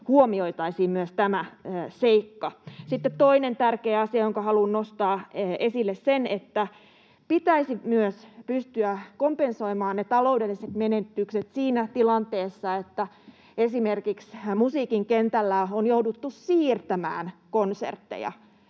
huomioitaisiin myös tämä seikka. Sitten toinen tärkeä asia, jonka haluan nostaa esille, on se, että pitäisi myös pystyä kompensoimaan ne taloudelliset menetykset siinä tilanteessa, että esimerkiksi musiikin kentällä on jouduttu siirtämään konsertteja.